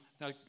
Now